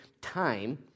Time